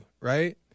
right